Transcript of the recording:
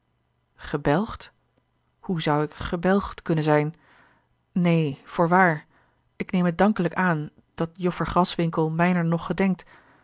gebelgd hoe zou ik gebelgd kunnen zijn neen voorwaar ik neem het dankelijk aan dat joffer graswinckel mijner nog gedenkt